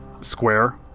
square